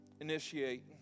initiate